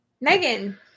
Megan